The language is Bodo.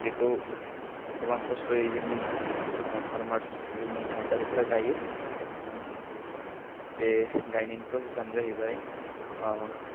बेखौ गोबां खस्थयै जोंनि फार्मास जोंनि आबादारिफ्रा गायो बे गायनायनि प्रसेसानो जाहैबाय